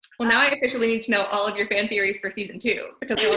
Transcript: well now i officially need to know all of your fan theories for season two because they were